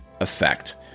effect